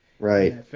Right